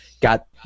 Got